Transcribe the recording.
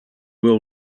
will